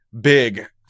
big